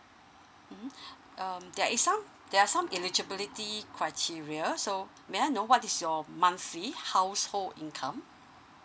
mm um there is some there are some eligibility criteria so may I know what is your monthly household income